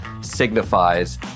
signifies